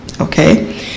okay